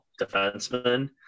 defenseman